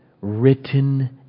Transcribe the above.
written